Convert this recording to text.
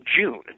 June